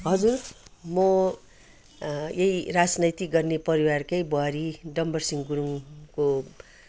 हजुर मो यही राजनीति गर्ने परिवारकै बुहारी डम्बरसिहँ गुरुङको